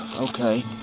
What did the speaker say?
Okay